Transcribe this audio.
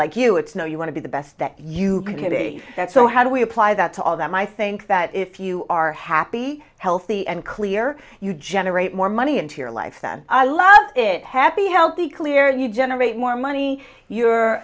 like you it's know you want to be the best that you kitty that's so how do we apply that to all of them i think that if you are happy healthy and clear you generate more money into your life then i love it happy healthy clear you generate more money your